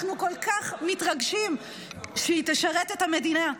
אנחנו כל כך מתרגשים שהיא תשרת את המדינה.